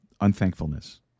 unthankfulness